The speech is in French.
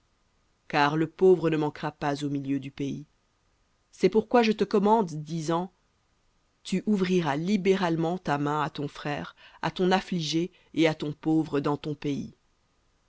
car le pauvre ne manquera pas au milieu du pays c'est pourquoi je te commande disant tu ouvriras libéralement ta main à ton frère à ton affligé et à ton pauvre dans ton pays